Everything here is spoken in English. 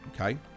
Okay